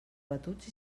batuts